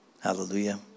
Hallelujah